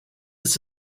its